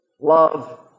love